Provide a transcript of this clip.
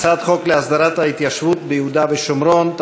הצעת חוק להסדרת התיישבות ביהודה ושומרון,